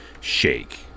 shake